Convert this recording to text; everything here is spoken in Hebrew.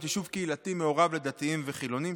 יישוב קהילתי מעורב לדתיים וחילונים,